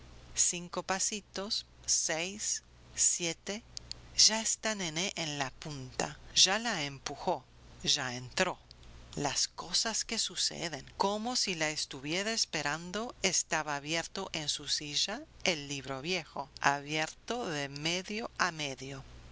cinco pasitos seis siete ya está nené en la puerta ya la empujó ya entró las cosas que suceden como si la estuviera esperando estaba abierto en su silla el libro viejo abierto de medio a medio